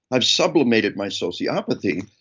i've sublimated my sociopathy.